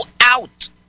out